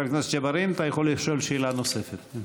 חבר הכנסת ג'בארין, אתה יכול לשאול שאלה נוספת.